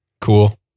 Cool